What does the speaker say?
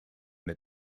that